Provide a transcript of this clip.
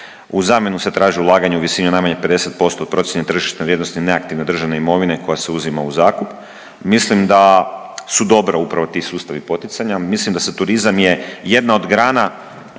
U zamjenu se traži ulaganje u visini od najmanje 50% procjene tržišne vrijednosti neaktivne državne imovine koja se uzima u zakup. Mislim da su dobro upravo ti sustavi poticanja. Mislim turizam je jedna od grana